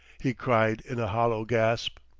he cried in a hollow gasp.